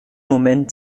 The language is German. moment